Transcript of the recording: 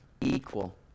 equal